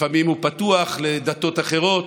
לפעמים הוא פתוח לדתות אחרות,